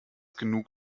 genug